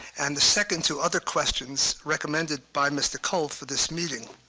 and the second to other questions recommended by mr. cole for this meeting.